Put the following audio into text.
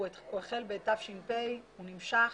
הוא החל בתש"ף והוא נמשך.